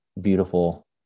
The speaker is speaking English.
beautiful